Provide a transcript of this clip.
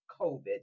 COVID